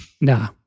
Nah